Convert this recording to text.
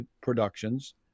productions